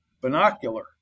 binocular